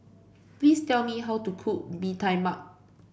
please tell me how to cook Bee Tai Mak